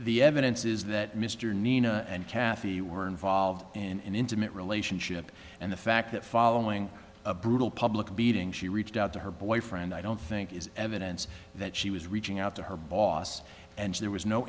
the evidence is that mr nina and kathy were involved in an intimate relationship and the fact that following a brutal public beating she reached out to her boyfriend i don't think is evidence that she was reaching out to her boss and there was no